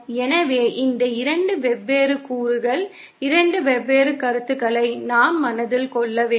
எனவே இந்த 2 வெவ்வேறு கூறுகள் 2 வெவ்வேறு கருத்துக்களை நாம் மனதில் கொள்ள வேண்டும்